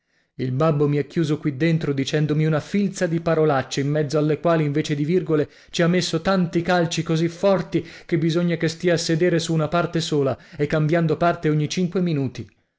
il babbo mi ha chiuso qui dentro dicendomi una filza di parolacce in mezzo alle quali invece di virgole ci ha messo tanti calci così forti che bisogna che stia a sedere su una parte sola e cambiando parte ogni cinque minuti